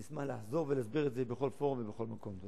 אני אשמח לחזור ולהסביר את זה בכל פורום ובכל מקום.